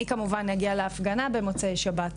אני כמובן אגיע להפגנה במוצאי שבת,